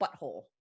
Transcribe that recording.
butthole